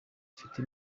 afite